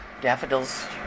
daffodils